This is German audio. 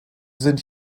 sind